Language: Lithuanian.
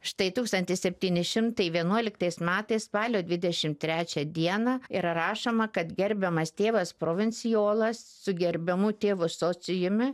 štai tūkstantis septyni šimtai vienuoliktais metais spalio dvidešim trečią dieną yra rašoma kad gerbiamas tėvas provincijolas su gerbiamu tėvu sociume